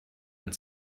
and